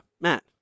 Matt